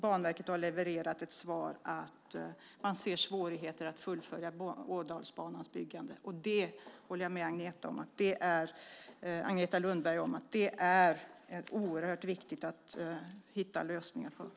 Banverket har levererat som svar att man ser svårigheter att fullfölja Ådalsbanans byggande. Jag håller med Agneta Lundberg om att det är oerhört viktigt att hitta lösningar på det.